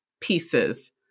pieces